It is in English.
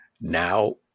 now